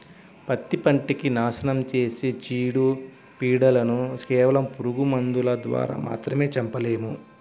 పత్తి పంటకి నాశనం చేసే చీడ, పీడలను కేవలం పురుగు మందుల ద్వారా మాత్రమే చంపలేము